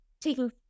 taking